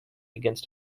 against